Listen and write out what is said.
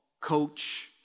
coach